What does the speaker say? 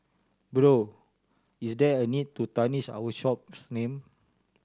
bro is there a need to tarnish our shop's name